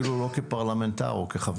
אפילו לא כפרלמנטר או כח"כ,